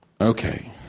Okay